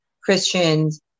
Christians